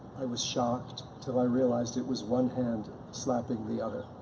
i was shocked till i realized it was one hand slapping the other.